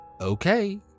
okay